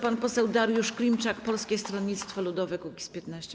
Pan poseł Dariusz Klimczak, Polskie Stronnictwo Ludowe - Kukiz15.